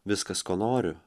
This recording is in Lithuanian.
viskas ko noriu